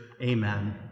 amen